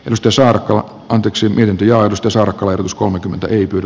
edustusehdokkaat yksi miljardia avustusarkoitus kolmekymmentä ei pyri